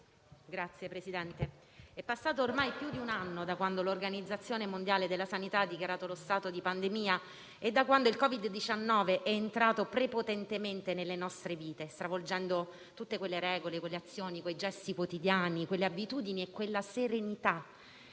Signor Presidente, è passato ormai più di un anno da quando l'Organizzazione mondiale della sanità ha dichiarato lo stato di pandemia e da quando il Covid-19 è entrato prepotentemente nelle nostre vite, stravolgendo tutte quelle regole, quelle azioni, quei gesti quotidiani, quelle abitudini e quella serenità